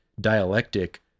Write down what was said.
dialectic